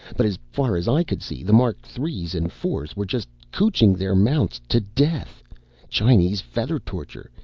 but as far as i could see the mark three s and four s were just cootching their mounts to death chinese feather torture.